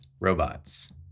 robots